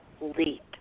leap